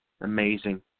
Amazing